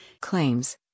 claims